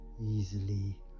easily